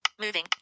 moving